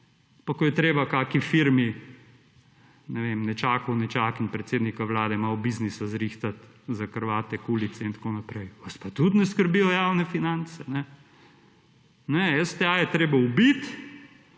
Pa ko je treba kakšni firmi, ne vem, nečakov in nečakinj predsednika vlade malo biznisa zrihtat za kravate, kulice in tako naprej, vas pa tudi ne skrbijo javne finance. Ne, STA je treba ubiti,